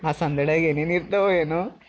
ಮಸಣದೆಡೆಗೆ ಏನೇನು ಇರ್ತವೋ ಏನೋ